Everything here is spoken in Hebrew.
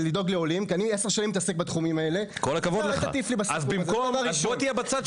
בלא עלות תקציבית כי זו עלות חד-פעמית.